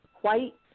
White